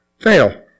Fail